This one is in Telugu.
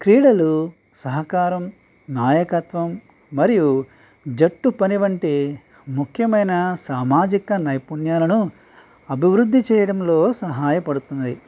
క్రీడలు సహకారం నాయకత్వం మరియు జట్టు పని వంటి ముఖ్యమైన సామాజిక నైపుణ్యాలను అభివృద్ధి చేయడంలో సహాయపడుతుంది